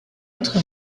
autre